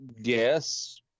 Yes